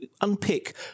unpick